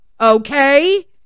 okay